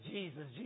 Jesus